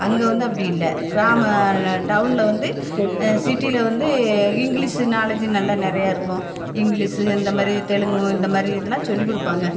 அங்கே வந்து அப்படி இல்லை கிராம டவுனில் வந்து சிட்டியில் வந்து இங்கிலீஷு நாலேஜ்ஜி நல்ல நிறையா இருக்கும் இங்கிலீஷு இந்த மாதிரி தெலுங்கு இந்த மாதிரி இதெல்லாம் சொல்லிக்கொடுப்பாங்க